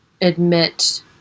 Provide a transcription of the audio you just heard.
admit